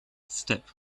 step